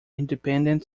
independent